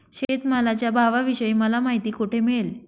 शेतमालाच्या भावाविषयी मला माहिती कोठे मिळेल?